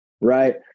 right